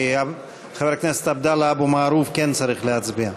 כי חבר הכנסת עבדאללה אבו מערוף כן צריך להצביע.